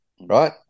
right